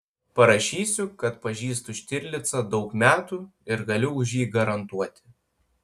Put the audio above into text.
parašysiu kad pažįstu štirlicą daug metų ir galiu už jį garantuoti